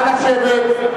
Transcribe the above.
נא לשבת.